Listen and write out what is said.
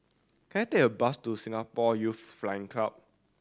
can I take a bus to Singapore Youth Flying Club